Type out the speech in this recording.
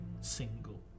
single